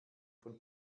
von